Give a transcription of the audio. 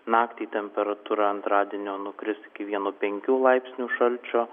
naktį temperatūra antradienio nukris iki vieno penkių laipsnių šalčio